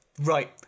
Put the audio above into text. right